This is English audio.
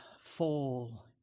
fall